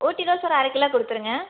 ஊட்டி rose ஒரு அரை kilo கொடுத்துடுங்க